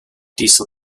diesel